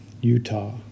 Utah